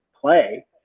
play